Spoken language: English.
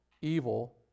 evil